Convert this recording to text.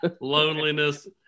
loneliness